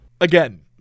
Again